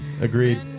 Agreed